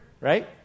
right